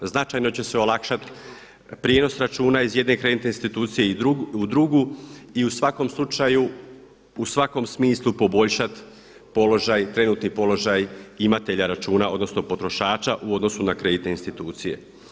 Značajno će se olakšat prijenos računa iz jedne kreditne institucije u drugu i u svakom slučaju, u svakom smislu poboljšat položaj, trenutni položaj imatelja računa odnosno potrošača u odnosu na kreditne institucije.